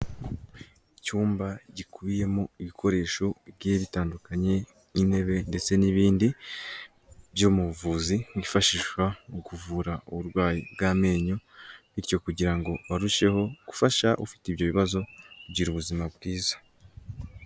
Icyumba gikubiyemo ibikoresho bye bitandukanye, n'intebe ndetse n'ibindi byo mu buvuzi, hifashishwa mu kuvura uburwayi bw'amenyo, bityo kugira ngo barusheho gufasha ufite ibyo bibazo kugira ubuzima bwiza.